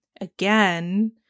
again